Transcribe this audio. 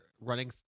running